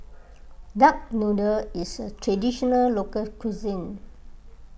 Duck Noodle is a Traditional Local Cuisine